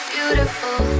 Beautiful